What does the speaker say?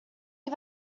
can